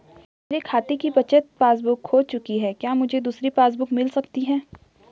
मेरे खाते की बचत पासबुक बुक खो चुकी है क्या मुझे दूसरी पासबुक बुक मिल सकती है?